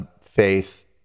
Faith